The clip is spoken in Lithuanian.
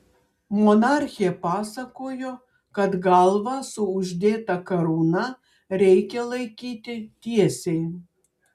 monarchė pasakojo kad galvą su uždėta karūna reikia laikyti tiesiai